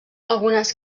algunes